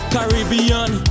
Caribbean